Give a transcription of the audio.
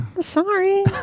Sorry